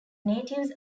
natives